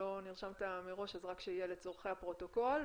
לצרכי הפרוטוקול.